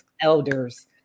elders